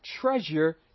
treasure